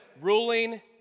Ruling